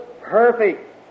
perfect